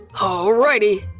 alrighty!